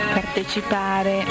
partecipare